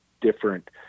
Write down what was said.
different